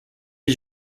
ich